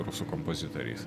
rusų kompozitoriais